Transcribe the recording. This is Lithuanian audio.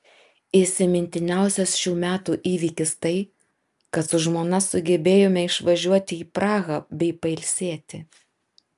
įsimintiniausias šių metų įvykis tai kad su žmona sugebėjome išvažiuoti į prahą bei pailsėti